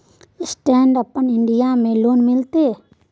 Stand अपन India में loan मिलते?